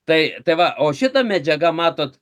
tai tai va o šita medžiaga matot